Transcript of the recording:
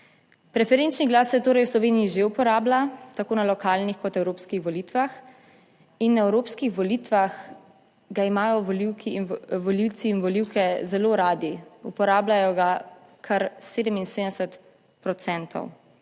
Preferenčni glas se torej v Sloveniji že uporablja tako na lokalnih kot evropskih volitvah in na evropskih volitvah ga imajo volivke, volivci in volivke zelo radi; uporabljajo ga kar 77